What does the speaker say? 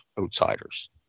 outsiders